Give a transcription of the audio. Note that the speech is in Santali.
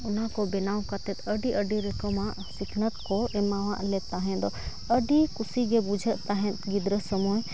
ᱚᱱᱟ ᱠᱚ ᱵᱮᱱᱟᱣ ᱠᱟᱛᱮ ᱟᱹᱰᱤ ᱟᱹᱰᱤ ᱨᱚᱠᱚᱢᱟᱜ ᱥᱤᱠᱱᱟᱹᱛ ᱠᱚ ᱮᱢᱟᱣᱟᱜᱞᱮᱫ ᱛᱟᱦᱮᱸ ᱫᱚ ᱟᱹᱰᱤ ᱠᱩᱥᱤᱜᱮ ᱵᱩᱡᱷᱟᱹᱜ ᱛᱟᱦᱮᱸᱫ ᱜᱤᱫᱽᱨᱟᱹ ᱥᱩᱢᱟᱹᱭ